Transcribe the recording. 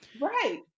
Right